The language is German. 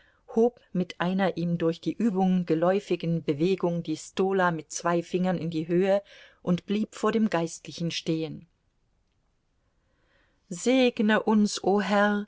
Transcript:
hob mit einer ihm durch die übung geläufigen bewegung die stola mit zwei fingern in die höhe und blieb vor dem geistlichen stehen seg ne uns o